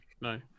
no